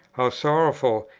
how sorrowful,